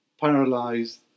paralyzed